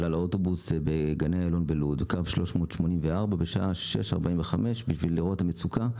על האוטובוס בגני איילון בקו 384 בלוד בשעה 6:45 בשביל לראות את המצוקה.